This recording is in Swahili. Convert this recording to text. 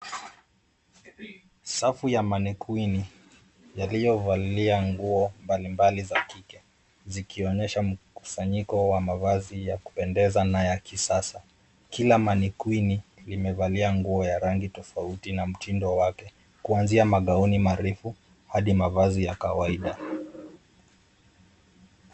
Safu ya mannequin yaloyovalia nguo mbalimbali za kike zikionyesha mkusanyiko wa mavazi ya kupendeza na ya kisasa. Kila mannequin limevalia nguo ya rangi tofauti na mtindo wake, kuanzia magauni marefu hadi mavazi ya kawaida.